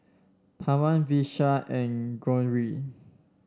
Pawan Vishal and Gauri